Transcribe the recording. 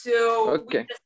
Okay